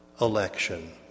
election